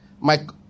Mike